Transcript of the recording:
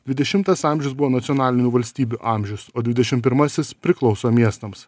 dvidešimtas amžius buvo nacionalinių valstybių amžius o dvidešim pirmasis priklauso miestams